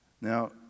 Now